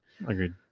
Agreed